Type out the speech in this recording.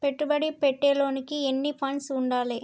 పెట్టుబడి పెట్టేటోనికి ఎన్ని ఫండ్స్ ఉండాలే?